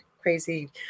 crazy